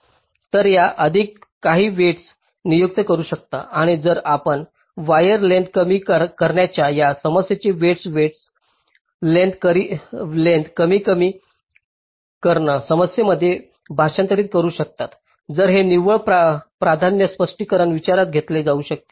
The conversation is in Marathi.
तर जर आपण काही वेईटस नियुक्त करू शकता आणि जर आपण वायर लेंग्थस कमी करण्याच्या या समस्येचे वेईटस वेट लेंग्थस कमीत कमी करण समस्येमध्ये भाषांतरित करू शकता तर हे निव्वळ प्राधान्य स्पष्टपणे विचारात घेतले जाऊ शकते